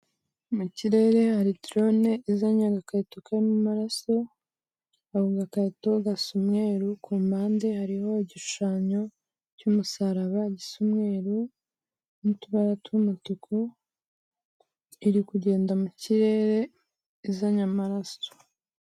Mu kirere hari dorone izanye agakarito kurimo amaraso, ako gakarito gasa umweru, ku mpande hariho igishushanyo cy'umusaraba gisa umweru n'utubara tw'umutuku, iri kugenda mu kirere izanye amaraso.